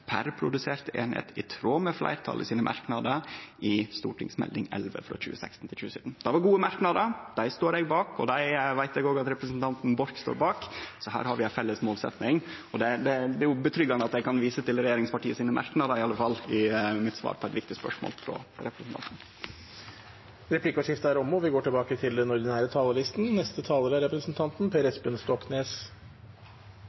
per produserte enhet i tråd med flertallets merknader i Meld. St. 11 ». Det var gode merknadar, dei står eg bak, og dei veit eg at òg representanten Borch står bak, så her har vi ei felles målsetjing. Og det er iallfall trygt å vite at eg kan vise til regjeringspartia sine merknadar i svaret mitt på eit viktig spørsmål frå representanten. Replikkordskiftet er omme. Denne klimaplanen skulle være vår generasjons store, konstruktive svar på den